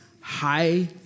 high